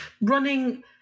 running